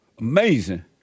amazing